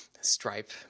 stripe